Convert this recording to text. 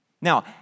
Now